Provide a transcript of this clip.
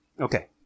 Okay